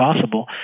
possible